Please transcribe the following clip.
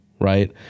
right